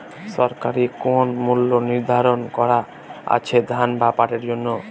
সরকারি কোন মূল্য নিধারন করা আছে ধান বা পাটের জন্য?